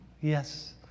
Yes